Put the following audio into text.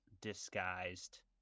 disguised